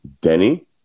Denny